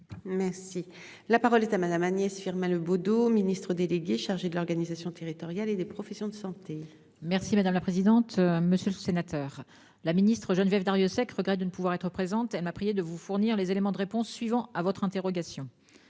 Merci la parole est à Madame Agnès Firmin Le Bodo, Ministre délégué chargé de l'organisation territoriale et des professions de santé. Merci madame la présidente, monsieur le sénateur, la ministre Geneviève Darrieussecq regret de ne pouvoir être présente et m'a prié de vous fournir les éléments de réponse suivants à votre interrogation.